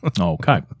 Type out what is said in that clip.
Okay